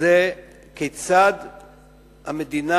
זה כיצד המדינה,